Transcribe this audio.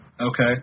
Okay